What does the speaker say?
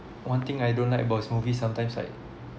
one thing I don't like about his movies sometimes like